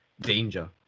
danger